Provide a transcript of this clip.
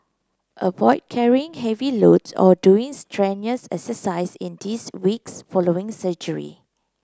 avoid carrying heavy loads or doing strenuous exercise in these weeks following surgery